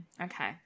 okay